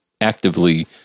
actively